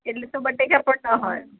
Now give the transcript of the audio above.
એટલે તો બટેકા પળતા હોય